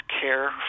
care